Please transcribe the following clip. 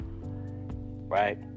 Right